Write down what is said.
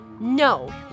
no